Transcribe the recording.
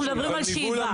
אנחנו מדברים על שאיבה.